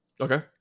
Okay